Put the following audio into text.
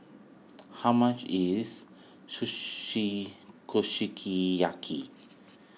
how much is Kushiki Yaki